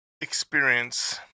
experience